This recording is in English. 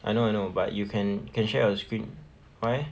I know I know but you can can share your screen why